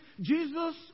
Jesus